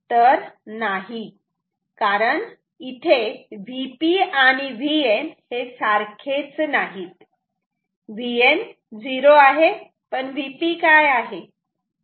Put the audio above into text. तर नाही कारण Vp आणि Vn हे सारखेच नाहीत Vn 0 आहे पण Vp काय आहे